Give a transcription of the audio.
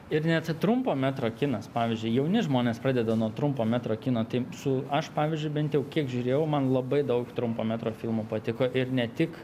ir net trumpo metro kinas pavyzdžiui jauni žmonės pradeda nuo trumpo metro kino taip su aš pavyzdžiui bent jau kiek žiūrėjau man labai daug trumpo metro filmų patiko ir ne tik